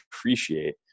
appreciate